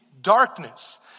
darkness